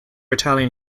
italian